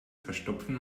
verstopfen